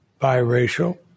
biracial